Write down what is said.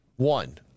One